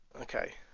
Okay